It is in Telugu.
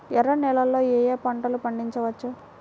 ఎర్ర నేలలలో ఏయే పంటలు పండించవచ్చు?